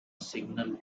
signal